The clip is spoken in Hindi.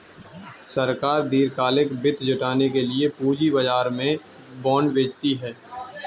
सरकार दीर्घकालिक वित्त जुटाने के लिए पूंजी बाजार में बॉन्ड बेचती है